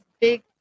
big